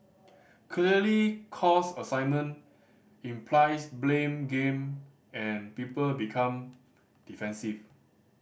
clearly 'cause assignment' implies blame game and people become defensive